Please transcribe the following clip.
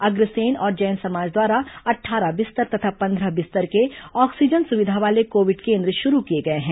अग्रसेन और जैन समाज द्वारा अट्ठारह बिस्तर तथा पंद्रह बिस्तर के ऑक्सीजन सुविधा वाले कोविड केंद्र शुरू किए गए हैं